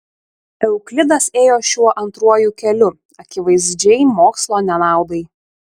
euklidas ėjo šiuo antruoju keliu akivaizdžiai mokslo nenaudai